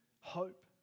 hope